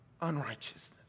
unrighteousness